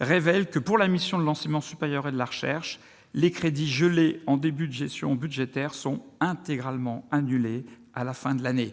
révèle que, pour l'enseignement supérieur et la recherche, les crédits gelés en début de gestion budgétaire sont intégralement annulés à la fin de l'année. Mes